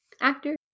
actor